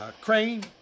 Crane